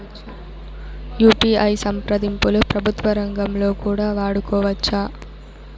UPI సంప్రదింపులు ప్రభుత్వ రంగంలో కూడా వాడుకోవచ్చా?